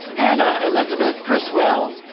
hannah elizabeth criswell